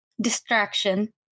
distraction